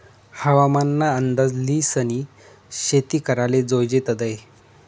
हवामान ना अंदाज ल्हिसनी शेती कराले जोयजे तदय